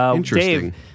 Dave